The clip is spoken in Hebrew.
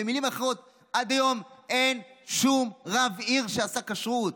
במילים אחרות: עד היום אין שום רב עיר שעשה כשרות.